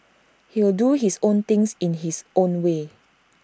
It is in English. he'll do his own thing in his own way